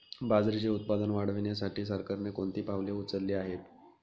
बाजरीचे उत्पादन वाढविण्यासाठी सरकारने कोणती पावले उचलली आहेत?